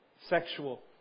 sexual